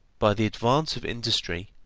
by the advance of industry,